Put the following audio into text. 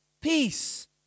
peace